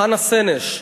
חנה סנש,